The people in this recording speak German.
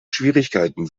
schwierigkeiten